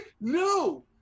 No